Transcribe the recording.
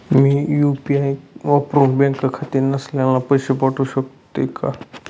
मी UPI वापरुन bank खाते नसलेल्यांना पैसे पाठवू शकते का?